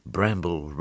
Bramble